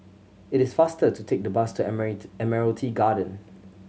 it is faster to take the bus to Admiralty Garden